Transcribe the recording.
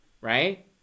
right